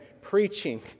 preaching